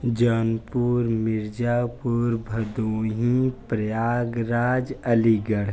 Jaunpur Mirzapur Bhadohi Prayagraj Aligarh